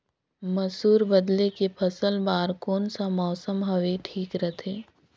मसुर बदले के फसल बार कोन सा मौसम हवे ठीक रथे?